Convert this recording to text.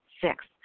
Six